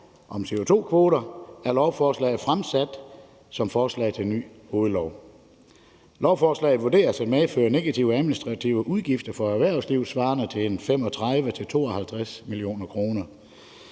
om CO2-kvoter, er lovforslaget fremsat som forslag til ny hovedlov. Lovforslaget vurderes at medføre negative administrative udgifter for erhvervslivet svarende til 35-52 mio. kr.